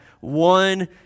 one